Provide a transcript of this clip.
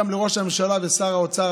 גם לראש הממשלה ושר האוצר,